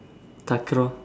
takraw